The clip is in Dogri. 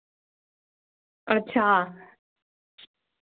अच्छा